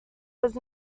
was